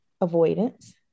avoidance